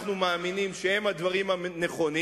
שאנחנו מאמינים שהם הדברים הנכונים.